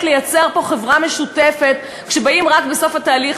לייצר פה חברה משותפת כשבאים רק בסוף התהליך,